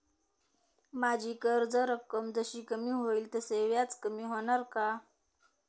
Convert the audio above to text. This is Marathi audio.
माझी कर्ज रक्कम जशी कमी होईल तसे व्याज कमी होणार का?